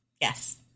Yes